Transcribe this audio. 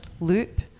loop